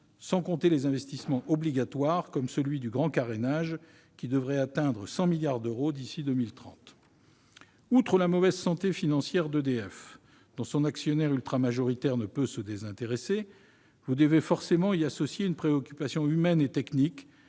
sans compter les investissements obligatoires, comme celui du grand carénage, qui devrait atteindre 100 milliards d'euros d'ici à 2030. Outre la mauvaise santé financière d'EDF, dont son actionnaire ultra-majoritaire ne peut se désintéresser, vous devez forcément garder à l'esprit une préoccupation humaine et technique